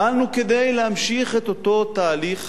פעלנו כדי להמשיך את אותו תהליך